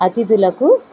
అతిథులకు